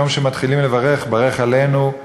יום שמתחילים לברך: ברך עלינו,